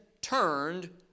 turned